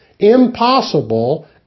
impossible